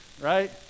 right